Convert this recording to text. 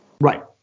Right